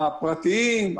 הפרטיים,